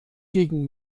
gegen